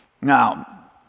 Now